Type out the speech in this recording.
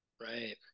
Right